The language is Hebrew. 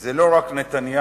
זה לא רק נתניהו,